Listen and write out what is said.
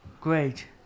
Great